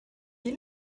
est